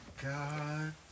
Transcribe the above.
God